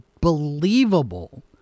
believable